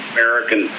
American